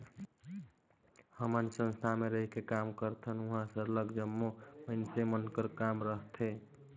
हमन संस्था में रहिके काम करथन उहाँ सरलग जम्मो मइनसे मन कर काम रहथे